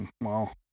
wow